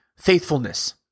faithfulness